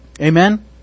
Amen